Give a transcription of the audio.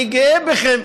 אני גאה בכם.